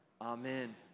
Amen